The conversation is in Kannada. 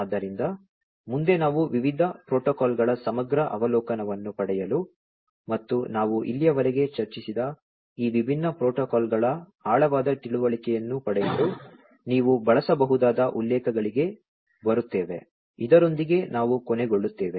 ಆದ್ದರಿಂದ ಮುಂದೆ ನಾವು ವಿವಿಧ ಪ್ರೋಟೋಕಾಲ್ಗಳ ಸಮಗ್ರ ಅವಲೋಕನವನ್ನು ಪಡೆಯಲು ಮತ್ತು ನಾವು ಇಲ್ಲಿಯವರೆಗೆ ಚರ್ಚಿಸಿದ ಈ ವಿಭಿನ್ನ ಪ್ರೋಟೋಕಾಲ್ಗಳ ಆಳವಾದ ತಿಳುವಳಿಕೆಯನ್ನು ಪಡೆಯಲು ನೀವು ಬಳಸಬಹುದಾದ ಉಲ್ಲೇಖಗಳಿಗೆ ಬರುತ್ತೇವೆ ಇದರೊಂದಿಗೆ ನಾವು ಕೊನೆಗೊಳ್ಳುತ್ತೇವೆ